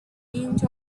inch